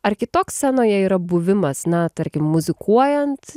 ar kitoks scenoje yra buvimas na tarkim muzikuojant